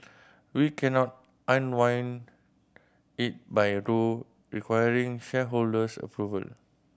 we cannot unwind it by requiring shareholders approval